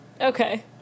Okay